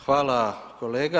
Hvala kolega.